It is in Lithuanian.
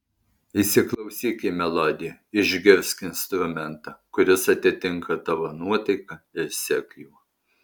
įsiklausyk į melodiją išgirsk instrumentą kuris atitinka tavo nuotaiką ir sek juo